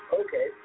okay